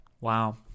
Wow